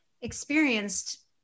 experienced